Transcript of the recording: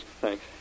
Thanks